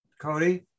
Cody